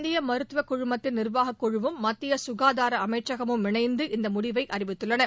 இந்திய மருத்துவ குழுமத்தின் நிர்வாகக்குழுவும் மத்திய சுகாதார அமைச்சகமும் இணைந்து இந்த முடிவை அறிவித்துள்ளன